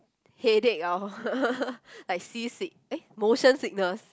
headache ah like seasick eh motion sickness